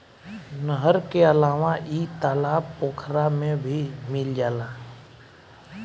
नहर के अलावा इ तालाब पोखरा में भी मिल जाला